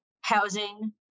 housing